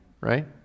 right